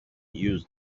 use